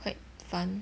quite fun